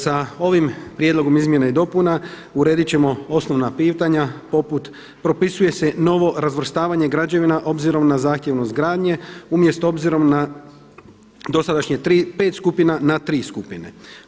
Sa ovim prijedlogom izmjena i dopunama urediti ćemo osnovna pitanja poput, propisuje se novo razvrstavanje građevina obzirom na zahtjevnost gradnje, umjesto obzirom na dosadašnjih 5 skupina na 3 skupine.